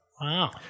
Wow